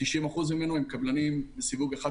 90% ממנו הם קבלנים בסיווג 1,